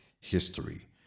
history